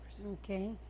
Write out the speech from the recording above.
Okay